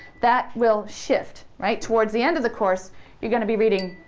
that will shift. right? towards the end of the course you're going to be reading,